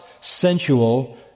sensual